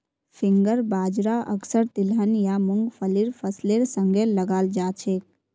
finger बाजरा अक्सर तिलहन या मुंगफलीर फसलेर संगे लगाल जाछेक